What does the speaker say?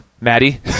maddie